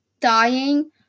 dying